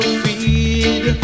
feed